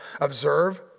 observe